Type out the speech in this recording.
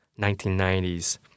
1990s